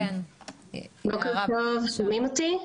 בוקר טוב, שומעים אותי?